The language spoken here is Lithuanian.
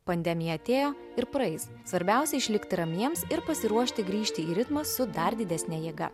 pandemija atėjo ir praeis svarbiausia išlikti ramiems ir pasiruošti grįžti į ritmą su dar didesne jėga